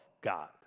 God